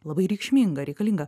labai reikšminga reikalinga